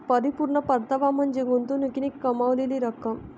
परिपूर्ण परतावा म्हणजे गुंतवणुकीने कमावलेली रक्कम